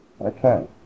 Okay